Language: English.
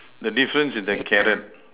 the difference is the carrot